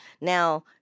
Now